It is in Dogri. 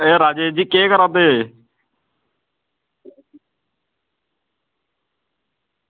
होर राजा जी केह् करा दे